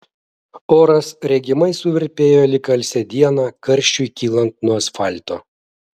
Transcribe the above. oras regimai suvirpėjo lyg alsią dieną karščiui kylant nuo asfalto